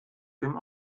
dem